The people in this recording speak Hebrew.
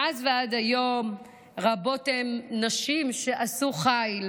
מאז ועד היום רבות הן הנשים שעשו חיל,